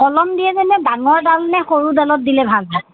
কলম দিয়েনে ডাঙৰ ডালনে সৰু ডালত দিলে ভাল হয়